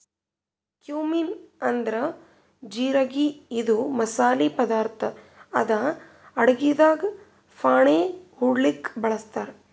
cumin ಅಂದ್ರ ಜಿರಗಿ ಇದು ಮಸಾಲಿ ಪದಾರ್ಥ್ ಅದಾ ಅಡಗಿದಾಗ್ ಫಾಣೆ ಹೊಡ್ಲಿಕ್ ಬಳಸ್ತಾರ್